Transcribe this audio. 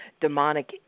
demonic